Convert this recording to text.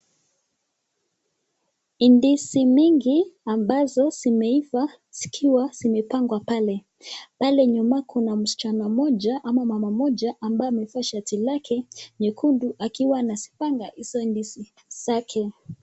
Ndizi mingi ambazo zimeiva zikiwa zimepangwa pale, pale nyuma kuna msichana mmoja ama mama mmoja, amevaa shati lake nyekundu akiwa anazipanga hizo ndizi zake.